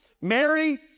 Mary